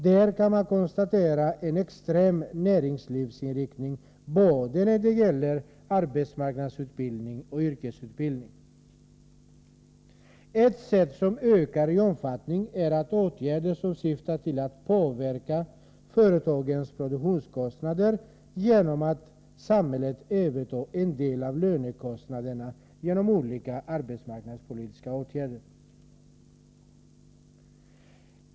Där kan man konstatera en extrem näringslivsinriktning när det gäller både arbetsmarknadsutbildning och yrkesutbildning. Ett tillvägagångssätt som ökar i omfattning är att samhället genom olika arbetsmarknadspolitiska åtgärder övertar en del av företagens lönekostnader och därmed påverkar deras produktionskostnader.